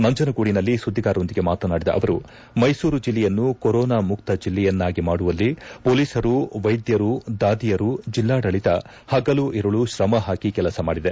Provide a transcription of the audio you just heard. ನಂಜನಗೂಡಿನಲ್ಲಿ ಸುದ್ದಿಗಾರರೊಂದಿಗೆ ಮಾತನಾಡಿದ ಅವರು ಮೈಸೂರು ಜಿಲ್ಲೆಯನ್ನು ಕೊರೋನಾ ಮುಕ್ತ ಜಿಲ್ಲೆಯನ್ನಾಗಿ ಮಾಡುವಲ್ಲಿ ಪೊಲೀಸರು ವೈದ್ವರು ದಾದಿಯರು ಜಿಲ್ಲಾಡಳಿತ ಹಗಲು ಇರುಳು ಶ್ರಮ ಹಾಕಿ ಕೆಲಸ ಮಾಡಿದೆ